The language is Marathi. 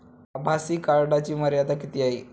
आभासी कार्डची मर्यादा किती आहे?